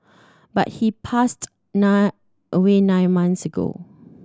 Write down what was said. but he passed nine away nine months ago